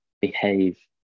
behave